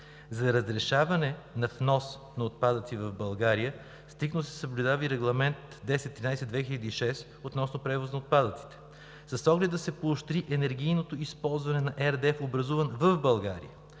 За разрешаване на внос на отпадъци в България стриктно се съблюдава и Регламент (ЕО) № 1013/2006 относно превози на отпадъци. С оглед да се поощри енергийното оползотворяване на RDF, образуван в България,